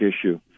issue